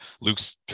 Luke's